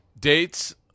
dates